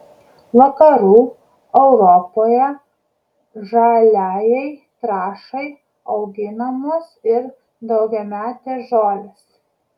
vakarų europoje žaliajai trąšai auginamos ir daugiametės žolės